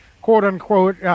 quote-unquote